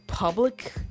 public